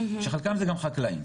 שחלקם זה גם חקלאים.